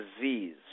disease